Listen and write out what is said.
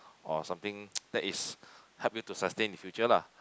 or something that is help you to sustain in future lah